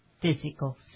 physical